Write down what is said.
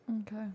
Okay